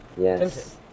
Yes